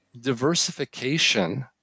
diversification